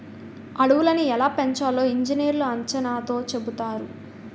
అడవులని ఎలా పెంచాలో ఇంజనీర్లు అంచనాతో చెబుతారు